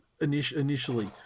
initially